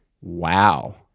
Wow